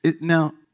now